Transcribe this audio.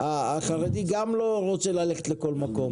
החרדי גם לא רוצה ללכת לכל מקום.